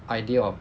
idea of